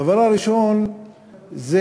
הדבר הראשון זה